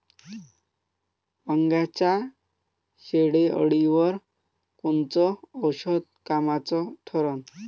वांग्याच्या शेंडेअळीवर कोनचं औषध कामाचं ठरन?